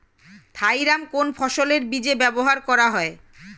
Thiram কোন ফসলের বীজে ব্যবহার করা হয়?